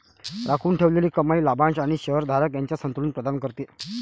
राखून ठेवलेली कमाई लाभांश आणि शेअर धारक यांच्यात संतुलन प्रदान करते